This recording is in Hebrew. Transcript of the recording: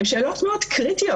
הן שאלות מאוד קריטיות.